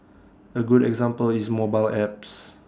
A good example is mobile apps